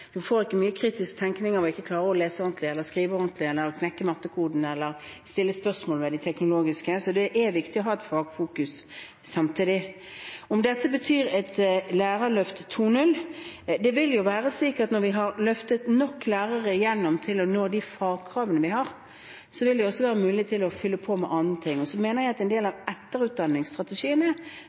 får ikke mye kritisk tenkning av ikke å klare å lese ordentlig, skrive ordentlig, knekke mattekoden eller stille spørsmål ved det teknologiske. Så det er viktig å ha et fagfokus samtidig. Om dette betyr et lærerløft 2.0: Det vil jo være slik at når vi har løftet nok lærere igjennom til å nå de fagkravene vi har, vil det også være mulig å fylle på med andre ting. Så mener jeg at en del av